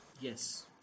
Yes